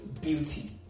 beauty